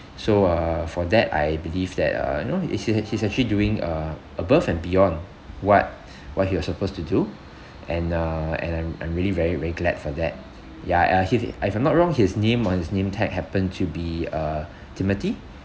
so uh for that I believe that uh you know is ac~ he's actually doing uh above and beyond what what he was supposed to do and uh and I'm I'm really very very glad for that ya uh he's uh if I'm not wrong his name on his name tag happened to be uh timothy